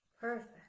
Perfect